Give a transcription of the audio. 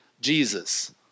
Jesus